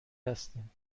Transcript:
هستیم